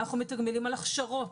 אנחנו מתגמלים על הכשרות,